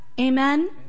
Amen